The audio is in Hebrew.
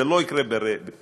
זה לא יקרה ברגע,